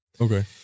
Okay